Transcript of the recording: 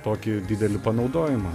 tokį didelį panaudojimą